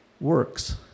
Works